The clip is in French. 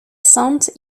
sant